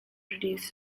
produce